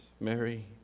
Mary